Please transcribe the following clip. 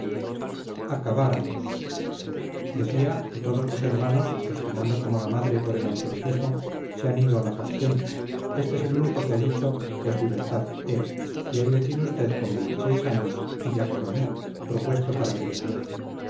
acabáramos decía que todos los hermanos respirando como la madre por el absolutismo se han ido a la facción este es el único que ha dicho pues libertad ea y ahí le tiene usted con veintiséis años y ya coronel propuesto para brigadier